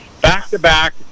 Back-to-back